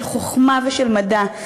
של חוכמה ושל מדע.